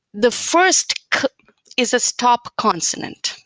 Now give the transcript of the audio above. the first k is this top consonant.